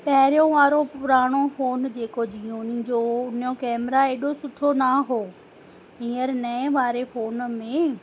पहिरियों वारो पुराणो फ़ोन जेको जिओनी जो हुन जो कैमरा एॾो सुठो न हो हीअंर नए वारे फ़ोन में